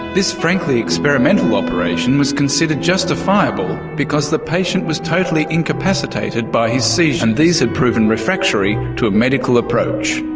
this frankly experimental operation was considered justifiable because the patient was totally incapacitated by his seizures and these had proven refractory to a medical approach.